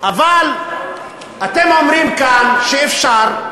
אבל אתם אומרים כאן שאפשר,